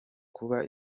kuba